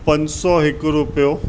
पंज सौ हिकु रुपियो